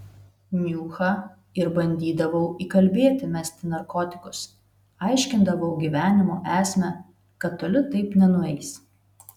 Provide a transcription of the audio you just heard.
niuchą ir bandydavau įkalbėti mesti narkotikus aiškindavau gyvenimo esmę kad toli taip nenueis